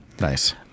nice